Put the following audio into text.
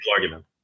argument